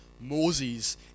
Moses